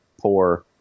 poor